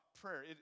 prayer